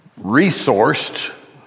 resourced